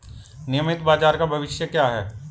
नियमित बाजार का भविष्य क्या है?